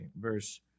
verse